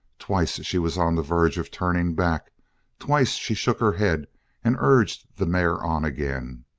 twice she was on the verge of turning back twice she shook her head and urged the mare on again.